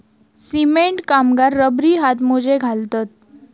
cement कामगार रबरी हातमोजे घालतत